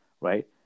right